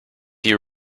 you